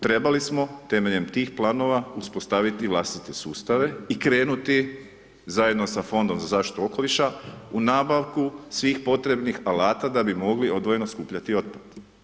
Trebali smo temeljem tih planova uspostaviti vlastite sustave i krenuti zajedno sa Fondom za zaštitu okoliša u nabavku svih potrebnih alata, da bi mogli odvojeno skupljati otpad.